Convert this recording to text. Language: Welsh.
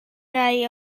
rai